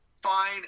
Fine